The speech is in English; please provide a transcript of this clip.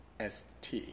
ST